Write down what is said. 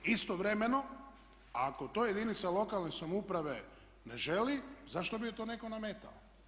Istovremeno ako to jedinica lokalne samouprave ne želi zašto bi joj to netko nametao.